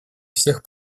всех